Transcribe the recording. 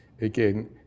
Again